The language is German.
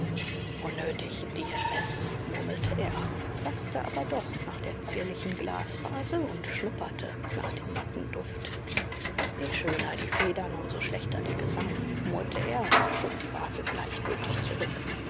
unnötig dear miss murmelte er faßte aber doch nach der zierlichen glasvase und schnupperte nach dem matten duft je schöner die federn um so schlechter der gesang murrte er und schob die vase gleichgültig zurück